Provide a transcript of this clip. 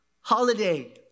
holiday